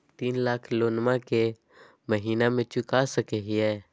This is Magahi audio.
तीन लाख लोनमा को महीना मे चुका सकी हय?